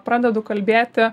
pradedu kalbėti